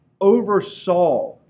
oversaw